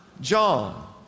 John